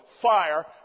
fire